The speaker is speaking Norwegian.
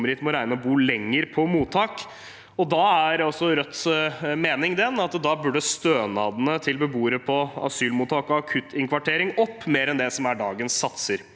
som kommer hit, må regne med å bo lenger på mottak. Da er Rødts mening at stønadene til beboere på asylmottak og i akuttinnkvartering burde økes mer enn det som er dagens satser.